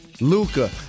Luca